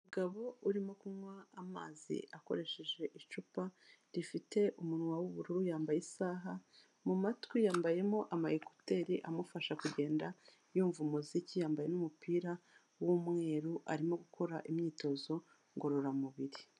Umugabo urimo kunywa amazi akoresheje icupa rifite umunwa w'ubururu yambaye isaha, mu matwi yambayemo amayekuteri amufasha kugenda yumva umuziki, yambaye n'umupira w'umweru arimo gukora imyitozo ngororamubiri.